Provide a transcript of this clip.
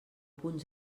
punt